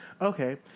Okay